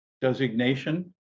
Designation